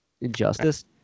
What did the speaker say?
injustice